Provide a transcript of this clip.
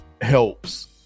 helps